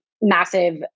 massive